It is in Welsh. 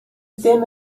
ddim